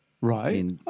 Right